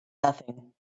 nothing